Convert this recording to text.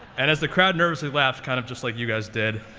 and as the crowd nervously laughed kind of just like you guys did